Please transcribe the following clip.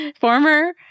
former